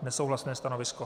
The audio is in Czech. Nesouhlasné stanovisko.